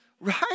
right